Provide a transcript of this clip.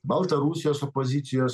baltarusijos opozicijos